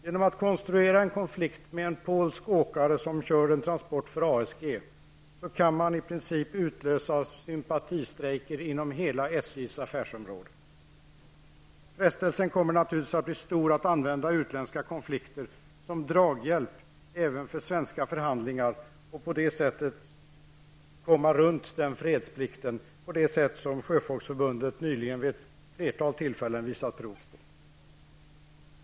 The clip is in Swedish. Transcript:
Genom att konstruera en konflikt med en polsk åkare som kör en transport för ASG kan man i princip utlösa sympatistrejker inom hela SJs affärsområde. Frestelsen kommer naturligtvis att bli stor att använda utländska konflikter som draghjälp även för svenska förhandlingar och därigenom komma runt fredsplikten på det sätt som Sjöfolksförbundet nyligen vid ett flertal tillfällen visat prov på.